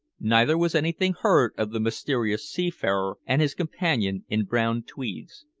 neither was anything heard of the mysterious seafarer and his companion in brown tweeds.